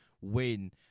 win